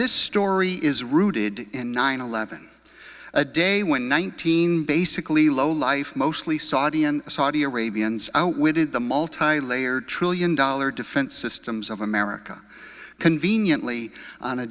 this story is rooted in nine eleven a day when one thousand basically low life mostly saudi and saudi arabians we did the multi layered trillion dollar defense systems of america conveniently on a